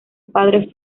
padre